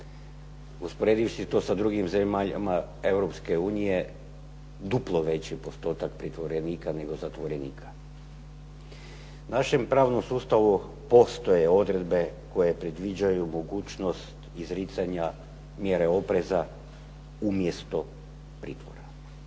Usporedivši to sa drugim zemljama Europske unije duplo veći postotak pritvorenika, nego zatvorenika. U našem pravnom sustavu postoje odredbe koje predviđaju mogućnost izricanja mjere opreza umjesto pritvora.